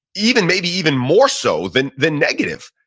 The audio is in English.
even maybe even more so than than negative.